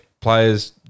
players